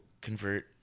convert